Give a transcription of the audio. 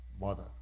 mother